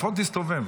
לפחות תסתובב,